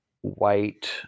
white